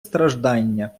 страждання